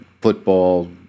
football